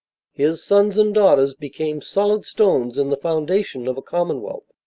his sons and daughters became solid stones in the foundation of a commonwealth,